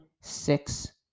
six